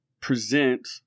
present